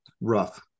rough